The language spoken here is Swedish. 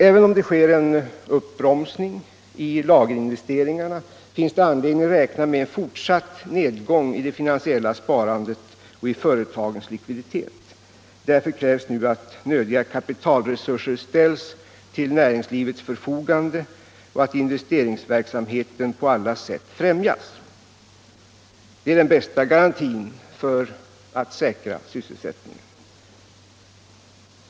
Även om det sker en uppbromsning i lagerinvesteringarna finns det anledning att räkna med en fortsatt nedgång i det finansiella sparandet och i företagens likviditet. Därför krävs nu att nödiga kapitalresurser ställs till näringslivets förfogande och att investeringsverksamheten på alla sätt främjas. Detta är den bästa garantin för att säkra sysselsättningen.